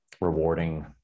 rewarding